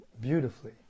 beautifully